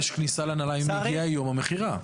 יש כניסה לנעליים אם מגיע יום המכירה.